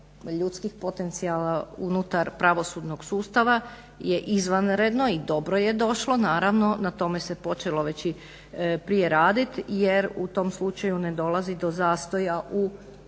ljudskih potencijala unutar pravosudnog sustava je izvanredno i dobro je došlo. Naravno, na tome se počelo već i prije raditi. Jer u tom slučaju ne dolazi do zastoja u